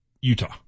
Utah